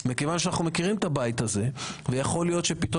מכיוון שאנחנו מכירים את הבית הזה ויכול להיות שפתאום